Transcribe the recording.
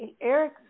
Eric